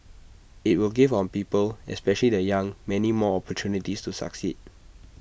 IT will give on people especially the young many more opportunities to succeed